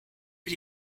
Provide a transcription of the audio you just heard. für